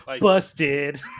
Busted